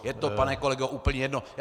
Je to pane kolego úplně jedno.